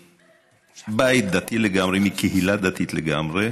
מבית דתי לגמרי, מקהילה דתית לגמרי.